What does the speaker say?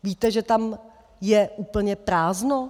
Víte, že tam je úplně prázdno?